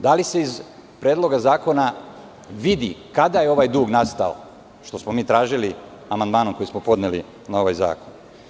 Da li se iz Predloga zakona vidi kada je ovaj dug nastao, što smo mi tražili amandmanom koji smo podneli na ovaj zakon?